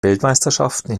weltmeisterschaften